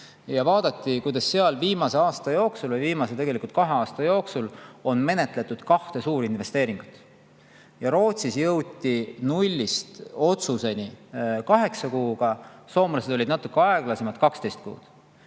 ja vaadati, kuidas seal viimase aasta jooksul, tegelikult viimase kahe aasta jooksul on menetletud kahte suurinvesteeringut. Rootsis jõuti nullist otsuseni kaheksa kuuga, soomlased olid natuke aeglasemad, 12 kuud.